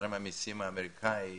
משלם המסים האמריקאי